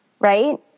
Right